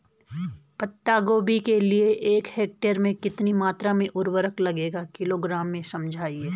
पत्ता गोभी के लिए एक हेक्टेयर में कितनी मात्रा में उर्वरक लगेगा किलोग्राम में समझाइए?